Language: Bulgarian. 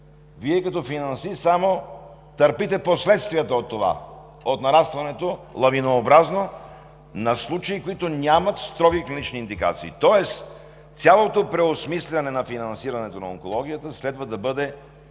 Вие като финансист само търпите последствията от това – от лавинообразното нарастване на случаи, които нямат строги клинични индикации. Тоест цялото преосмисляне на финансирането на онкологията следва да бъде